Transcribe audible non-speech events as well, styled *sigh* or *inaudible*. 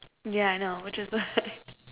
yeah I know which is like *laughs*